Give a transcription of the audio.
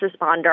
responder